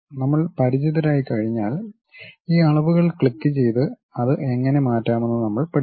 നമ്മൾ പരിചിതരായിക്കഴിഞ്ഞാൽ ആ അളവുകൾ ക്ലിക്കുചെയ്ത് അത് എങ്ങനെ മാറ്റാമെന്ന് നമ്മൾ പഠിക്കും